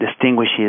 distinguishes